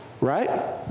right